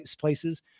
places